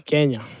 Kenya